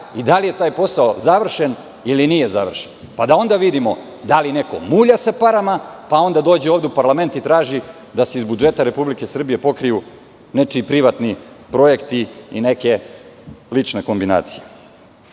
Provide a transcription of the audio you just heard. i da li je taj posao završen ili nije završen. Onda da vidimo da li neko mulja sa parama, pa onda dođe ovde u parlament i traži da se iz budžeta Republike Srbije pokriju nečiji privatni projekti i neke lične kombinacije. Iz